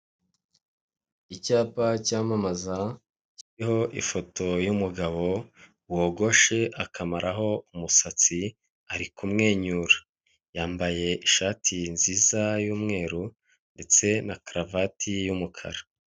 Icyapa cyamamaza kiriho ifoto y'umugabo wogoshe akamaraho umusatsi ari kumwenyura, yambaye ishati nziza y'umweru ndetse na karavati y'umukara.